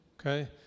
okay